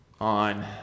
on